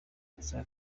icya